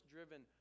Driven